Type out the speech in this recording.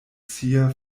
sia